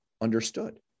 understood